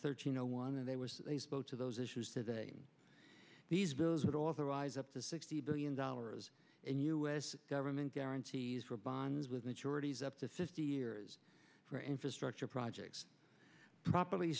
search you know one and they were both of those issues today these bills would authorize up to sixty billion dollars in u s government guarantees for bonds with maturities up to fifty years for infrastructure projects properly